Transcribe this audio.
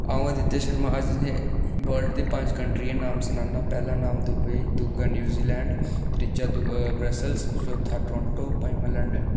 अ'ऊं आदित्य शर्मा अज तुसेंगी वलर्ड दी पंज कंट्रियें दे नांऽ सनाना पैह्ला नांऽ दुबई दूआ न्यूजीलैंड त्रीया ब्रस्लस चौथा टोरोंटो पंजमां लंडन